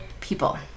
people